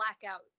blackout